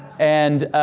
and